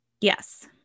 Yes